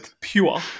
pure